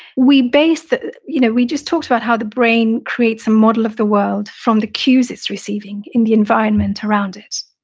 we base, you know, we just talked about how the brain creates a model of the world from the cues it's receiving in the environment around it.